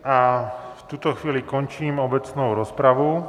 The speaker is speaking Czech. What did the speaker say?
A v tuto chvíli končím obecnou rozpravu.